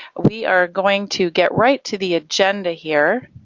we are going to get right to the agenda here